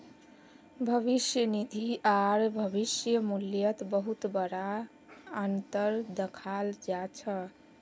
भविष्य निधि आर भविष्य मूल्यत बहुत बडा अनतर दखाल जा छ